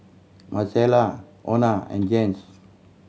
Marcella Ona and Jens